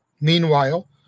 Meanwhile